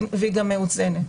והיא גם מאוזנת.